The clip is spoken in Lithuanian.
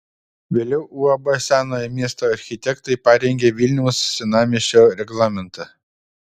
vėliau uab senojo miesto architektai parengė vilniaus senamiesčio reglamentą